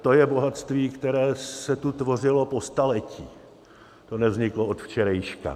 To je bohatství, které se tu tvořilo po staletí, to nevzniklo od včerejška.